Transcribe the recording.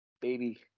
Baby